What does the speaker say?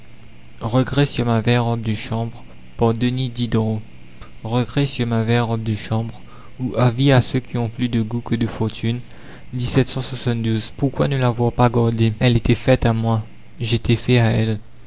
denis diderot regrets sur ma vieille robe de chambre ou avis à ceux qui ont plus de goût que de fortune pourquoi ne l'avoir pas gardée elle était faite à moi j'étais fait à elle